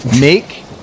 make